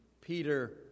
Peter